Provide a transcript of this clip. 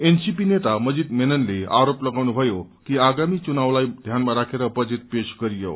NCP नेता मजीद मेननले आरोप लगाउनुभयो कि आगामी चुनावलाई ध्यानमा राखेर बजेट पेश गरियो